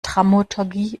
dramaturgie